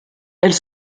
elle